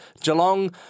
Geelong